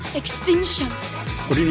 extinction